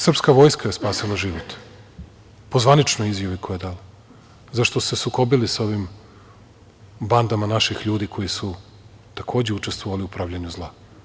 Srpska vojska je spasila život po zvaničnoj izjavi koju je dala zašto se sukobili sa ovim bandama naših ljudi koji su takođe učestvovali u pravljenju zla.